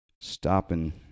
stopping